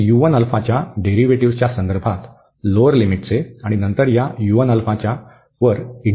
तर च्या डेरीव्हेटिवच्या संदर्भात लोअर लिमिटचे आणि नंतर या वर इंटिग्रन्डची व्हॅल्यू पुन्हा काढली जाईल